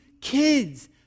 kids